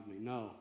no